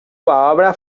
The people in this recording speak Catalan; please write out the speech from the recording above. obra